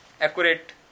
accurate